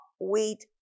wheat